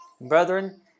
Brethren